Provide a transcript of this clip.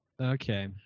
okay